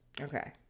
okay